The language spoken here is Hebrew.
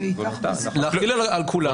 להחיל על כולם,